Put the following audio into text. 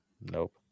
Nope